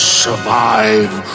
survive